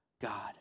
God